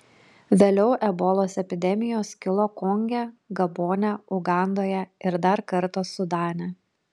vėliau ebolos epidemijos kilo konge gabone ugandoje ir dar kartą sudane